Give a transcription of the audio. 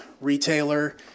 retailer